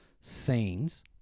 scenes